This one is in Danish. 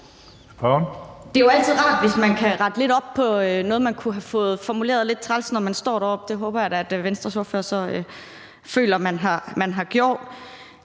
Det er jo altid rart, hvis man kan rette lidt op på noget, man kunne have fået formuleret lidt træls, når man står deroppe, og det håber jeg da at Venstres ordfører så føler man har gjort.